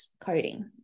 coding